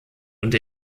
und